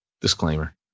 Disclaimer